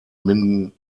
minden